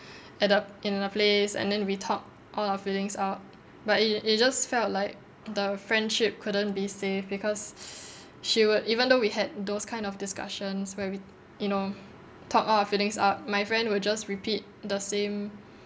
at a in a place and then we talk all our feelings out but it it just felt like the friendship couldn't be save because she would even though we had those kind of discussions where we you know talk all our feelings out my friend would just repeat the same